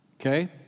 Okay